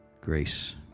Grace